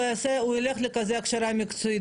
הוא יילך לכזו הכשרה מקצועית,